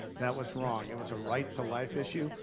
that was wrong. it was a right-to-life issue.